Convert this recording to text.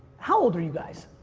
how old are you guys?